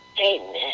Amen